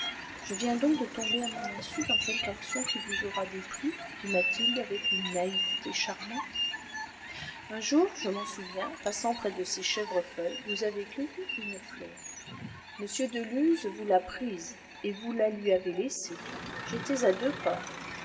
je viens donc de tomber à mon insu dans quelque action qui vous aura déplu dit mathilde avec une naïveté charmante un jour je m'en souviens passant près de ces chèvrefeuilles vous avez cueilli une fleur m de luz vous l'a prise et vous la lui avez laissée j'étais à deux pas